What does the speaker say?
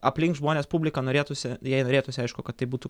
aplink žmonės publika norėtųsi jai norėtųsi aišku kad tai būtų